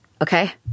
Okay